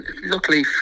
Luckily